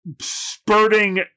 spurting